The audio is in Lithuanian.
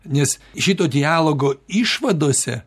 nes šito dialogo išvadose